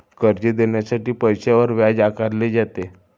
कर्ज देण्यासाठी पैशावर व्याज आकारले जाते